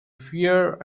fear